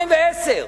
2010,